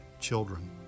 children